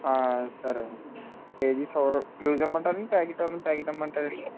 సరే అండి KG sugar loose ఇమ్మంటారా అండి ప్యాకెట్ ప్యాకెట్ ఇమ్మంటారా